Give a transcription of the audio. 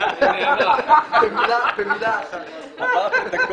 אני לא רוצה לומר כלום כי